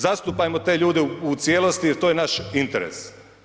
Zastupajmo te ljude u cijelosti jer to je naš interes.